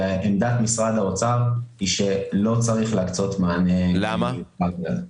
ועמדת משרד האוצר היא שלא צריך להקצות מענה מיוחד לזה.